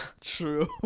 True